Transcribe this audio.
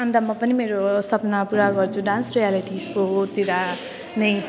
अन्त म पनि मेरो सपना पुरा गर्छु डान्स रियालिटी सोतिर नै